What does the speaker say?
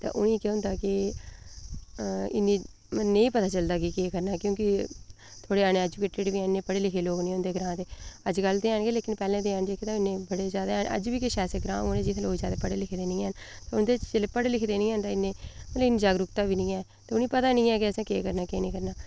तां उ'नें गी केह् होंदा कि इन्नी नेईं पता चलदा कि केह् करना केह् नेईं थोह्ड़े अनएजूकेटेड बी हैन इन्ने पढ़े लिखे दे लोक निं होंदे ग्रांऽ दे अजकल दे हैन पर पैह्लें ते नेईं पर किश जैदा अज्ज बी किश ऐसे ग्रांऽ न जित्थै लोग जैदा पढ़े लिखे दे निं हैन उं'दे च जेल्लै पढ़े लिखे दे निं हैन जेल्लै उ'नें गी इन्नी जागरूकता बी निं ऐ ते उ'नें गी पता निं ऐ असें केह् करना केह् नेईं करना